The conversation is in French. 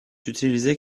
utilisée